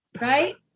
Right